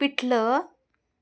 पिठलं